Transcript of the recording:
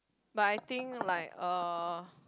but I think like uh